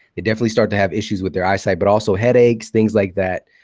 they definitely start to have issues with their eyesight but also headaches. things like that.